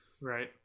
Right